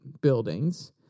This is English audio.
buildings